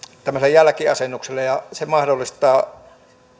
jälkiasennuksella se mahdollistaa